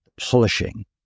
polishing